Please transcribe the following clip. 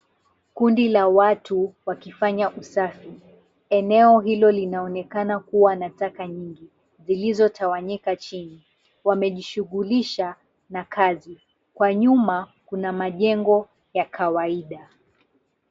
Kundi la watu, wakifanya usafi. Eneo hilo linaonekana kuwa na taka nyingi zilizotwanyika chini. Wamejishughulisha na kazi. Kwa nyuma kuna majengo ya kawaida.